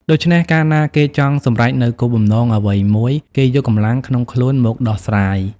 ដូច្នេះ កាលណាគេចង់សម្រេចនូវគោលបំណងអ្វីមួយ គេយកកម្លាំងក្នុងខ្លួនមកដោះស្រាយ ។